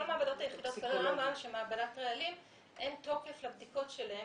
כל המעבדות האחרות אין תוקף לבדיקות שלהן,